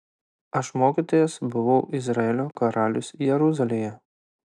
aš mokytojas buvau izraelio karalius jeruzalėje